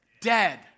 dead